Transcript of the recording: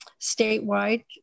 statewide